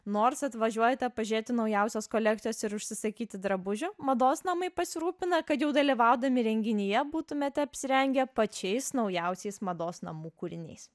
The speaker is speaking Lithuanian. nors atvažiuojate pažiūrėti naujausios kolekcijos ir užsisakyti drabužių mados namai pasirūpina kad jau dalyvaudami renginyje būtumėte apsirengę pačiais naujausiais mados namų kūriniais